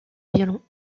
violon